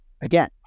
again